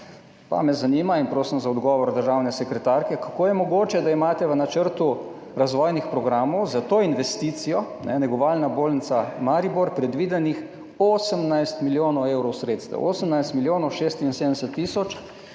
pa me zanima in prosim za odgovor državne sekretarke, kako je mogoče, da imate v načrtu razvojnih programov za to investicijo, negovalna bolnica Maribor, predvidenih 18 milijonov evrov sredstev, 18 milijonov 76 tisoč,